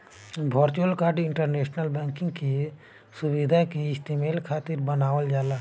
virtual card internet bank के सुविधा के इस्तेमाल खातिर बनावल जाला